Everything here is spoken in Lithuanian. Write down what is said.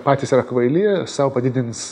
patys yra kvaili sau padidins